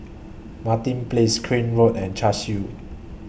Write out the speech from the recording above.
Martin Place Crane Road and Cashew